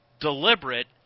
deliberate